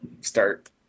start